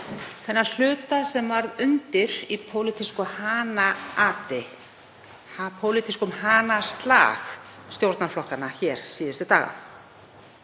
þennan hluta sem varð undir í pólitísku hanaati, pólitískum hanaslag stjórnarflokkanna síðustu daga.